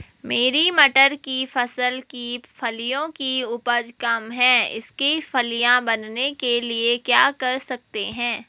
मेरी मटर की फसल की फलियों की उपज कम है इसके फलियां बनने के लिए क्या कर सकते हैं?